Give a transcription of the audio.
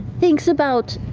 thinks about